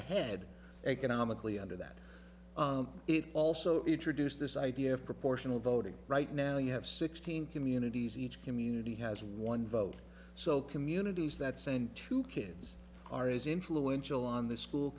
ahead economically under that it also introduced this idea of proportional voting right now you have sixteen communities each community has one vote so communities that send two kids are as influential on the school